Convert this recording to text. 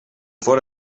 fort